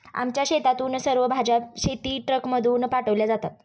आमच्या शेतातून सर्व भाज्या शेतीट्रकमधून पाठवल्या जातात